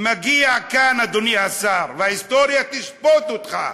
מגיע כאן, אדוני השר, וההיסטוריה תשפוט אותך.